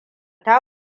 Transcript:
ta